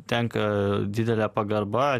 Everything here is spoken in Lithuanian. tenka didelė pagarba